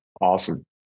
awesome